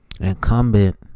incumbent